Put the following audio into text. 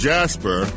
Jasper